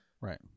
Right